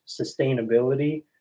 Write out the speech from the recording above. sustainability